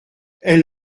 elle